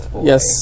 yes